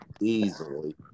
Easily